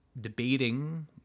debating